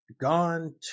gone